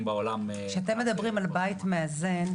בעולם מבחינת --- כשאתם מדברים על בית מאזן,